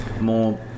More